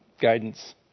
guidance